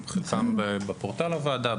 חלקם בפורטל הוועדה,